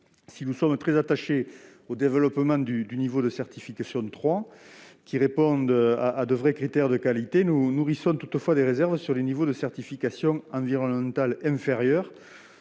Si nous sommes très attachés au développement du niveau de certification 3, qui répond à de véritables critères de qualité, nous nourrissons des réserves sur les niveaux de certification environnementale inférieurs,